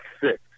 six